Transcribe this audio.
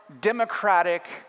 democratic